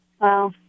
Wow